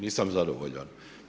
Nisam zadovoljan.